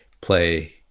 play